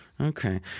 Okay